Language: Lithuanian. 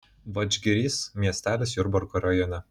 vadžgirys miestelis jurbarko rajone